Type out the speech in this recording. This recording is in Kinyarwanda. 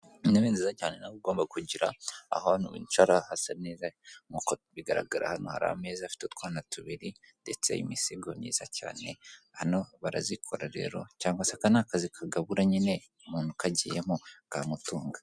Intebe nziza cyane nawe ugomba kugira ahantu wicara hasa neza nkuko bigaragara, hano hari ameza afite utwana tubiri ndetse imisego myiza cyane hano barazikora rero cyangwa se aka ni akazi kagabura nyine umuntu akagiyemo kamutunga.